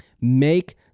make